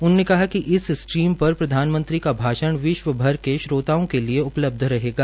उन्होंने कहा कि इस स्ट्रीम पर प्रधानमंत्री का भाषण विश्वभर के श्रोताओं के लिए उपलब्ध रहेगा